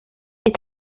est